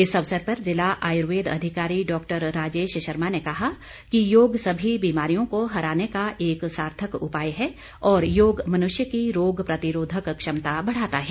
इस अवसर पर जिला आयुर्वेद अधिकारी डॉक्टर राजेश शर्मा ने कहा कि योग सभी बीमारियों को हराने का एक सार्थक उपाय है और योग मनुष्य की रोग प्रतिरोधक क्षमता बढ़ाता है